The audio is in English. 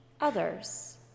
others